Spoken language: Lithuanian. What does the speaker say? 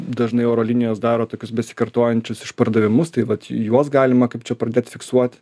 dažnai oro linijos daro tokius besikartojančius išpardavimus tai vat juos galima kaip čia pradėt fiksuot